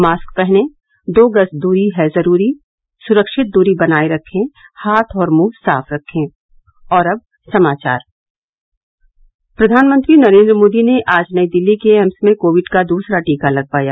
mask पहनें दो गज दूरी है जरूरी सुरक्षित दूरी बनाये रखे हाथ और मुंह साफ रखें प्रधानमंत्री नरेन्द्र मोदी ने आज नई दिल्ली के एम्स में कोविड का दूसरा टीका लगवाया